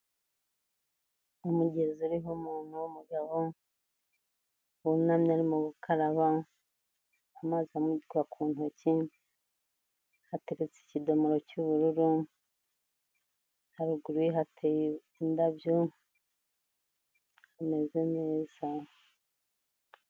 Umugezi uriho umuntu w'umugabo, wunamye arimo gukaraba, amazi amwitura ku ntoki, hateretse ikidomoro cy'ubururu, haruguru ye hateye indabyo hameze neza.